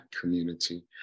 community